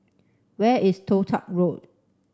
where is Toh Tuck Road